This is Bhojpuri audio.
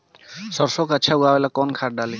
सरसो के अच्छा उगावेला कवन खाद्य डाली?